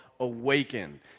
awaken